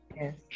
Yes